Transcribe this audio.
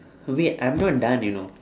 wait I'm not done you know